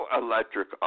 electric